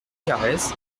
carrez